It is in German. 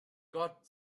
gott